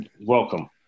Welcome